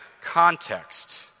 context